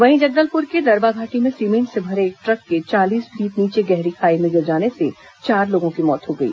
वहीं जगदलपुर के दरभा घाटी में सींमेट से भरे एक ट्रक के चालीस फीट नीचे गहरी खाई में गिर जाने से चार लोगों की मौत हो गई